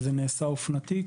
וזה נעשה אופנתי,